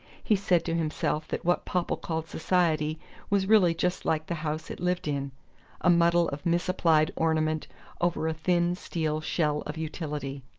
he said to himself that what popple called society was really just like the houses it lived in a muddle of misapplied ornament over a thin steel shell of utility.